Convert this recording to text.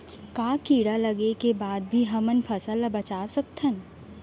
का कीड़ा लगे के बाद भी हमन फसल ल बचा सकथन?